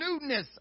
Newness